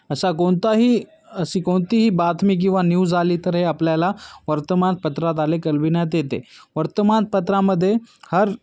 असा कोणताही अशी कोणतीही बातमी किंवा न्यूज आली तर हे आपल्याला वर्तमानपत्राद्वारे कळविण्यात येते वर्तमानपत्रामध्ये हर